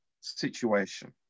situation